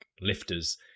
lifters